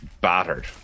battered